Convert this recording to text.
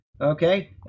Okay